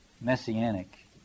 Messianic